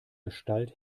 gestalt